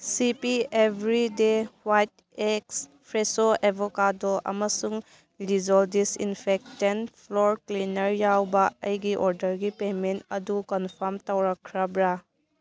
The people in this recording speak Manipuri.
ꯁꯤ ꯄꯤ ꯑꯦꯕ꯭ꯔꯤꯗꯦ ꯍ꯭ꯋꯥꯏꯠ ꯑꯦꯛꯁ ꯐ꯭ꯔꯦꯁꯣ ꯑꯦꯕꯣꯀꯥꯗꯣ ꯑꯃꯁꯨꯡ ꯗꯤꯖꯣ ꯗꯤꯁꯏꯟꯐꯦꯛꯇꯦꯟ ꯐ꯭ꯂꯣꯔ ꯀ꯭ꯂꯤꯅꯔ ꯌꯥꯎꯕ ꯑꯩꯒꯤ ꯑꯣꯔꯗꯔꯒꯤ ꯄꯦꯃꯦꯟ ꯑꯗꯨ ꯀꯟꯐꯥꯝ ꯇꯧꯔꯛꯈ꯭ꯔꯕ꯭ꯔ